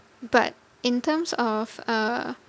but in terms of uh